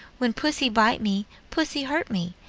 when pussy bite me, pussy hurt me,